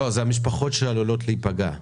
לא, זה המשפחות שעלולות להיפגע.